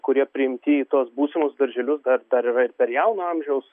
kurie priimti į tuos būsimus darželius dar dar yra ir per jauno amžiaus